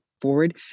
forward